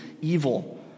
evil